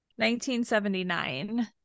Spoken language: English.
1979